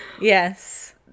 yes